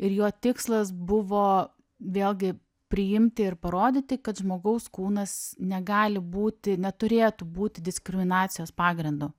ir jo tikslas buvo vėlgi priimti ir parodyti kad žmogaus kūnas negali būti neturėtų būti diskriminacijos pagrindu